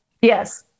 Yes